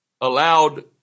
allowed